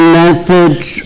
message